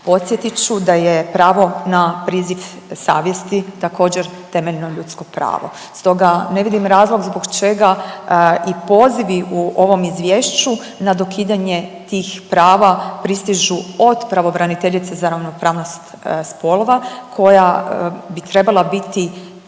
podsjetit ću da je pravo na priziv savjesti također temeljno ljudsko pravo, stoga ne vidim razlog zbog čega i pozivi u ovom izvješću na dokidanje tih prava pristižu od pravobraniteljice za ravnopravnost spolova koja bi trebala biti